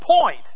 point